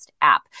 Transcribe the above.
app